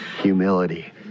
Humility